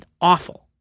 awful